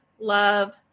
love